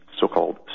so-called